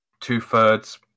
two-thirds